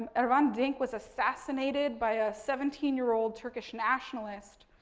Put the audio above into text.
ah hrant dink was assassinated by a seventeen year old turkish nationalist.